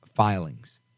filings